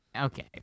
Okay